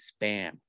spam